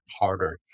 harder